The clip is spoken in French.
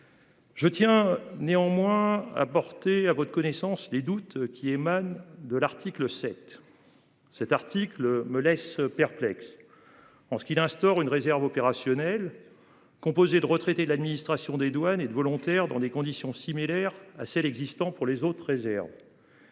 Je tiens néanmoins à porter à votre connaissance les doutes qui émane de l'article 7. Cet article me laisse perplexe. En ce qui instaure une réserve opérationnelle composée de retraités, l'administration des douanes et de volontaires dans des conditions similaires à celles existant pour les autres réserves.